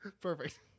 Perfect